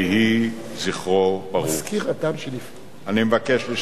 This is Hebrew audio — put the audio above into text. אמרת שלא יהיו "קטיושות".